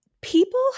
people